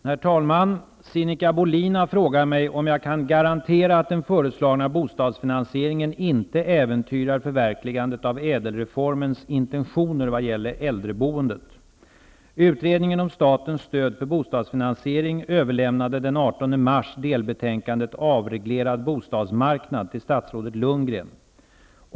Herr talman! Sinikka Bohlin har frågat mig om jag kan garantera att den föreslagna bostadsfinansieringen inte äventyrar förverkligandet av ÄDEL-reformens intentioner vad gäller äldreboendet.